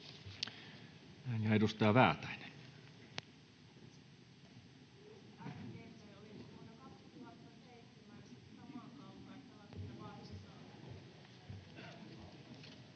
— Edustaja Väätäinen.